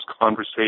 conversation